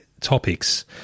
topics